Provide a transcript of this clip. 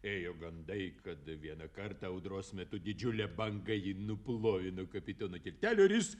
ėjo gandai kad vieną kartą audros metu didžiulė banga jį nuplovė nuo kapitono tiltelio ir jis